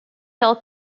del